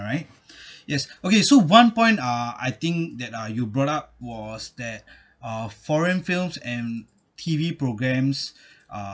right yes okay so one point uh I think that uh you brought up was that uh foreign films and T_V programmes uh